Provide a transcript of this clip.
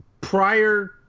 prior